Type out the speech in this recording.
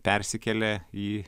persikėlė į